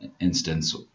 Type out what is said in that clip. instance